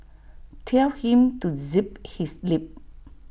tell him to zip his lip